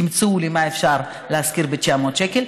תמצאו לי מה אפשר לשכור ב-900 שקל,